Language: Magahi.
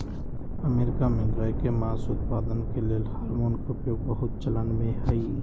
अमेरिका में गायके मास उत्पादन के लेल हार्मोन के उपयोग बहुत चलनमें हइ